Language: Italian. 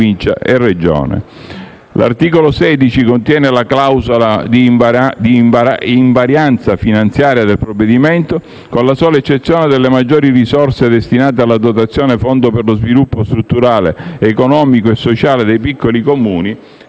L'articolo 16 contiene la clausola di invarianza finanziaria del provvedimento, con la sola eccezione delle maggiori risorse destinate alla dotazione Fondo per lo sviluppo strutturale, economico e sociale dei piccoli Comuni,